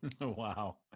Wow